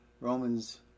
Romans